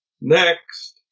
Next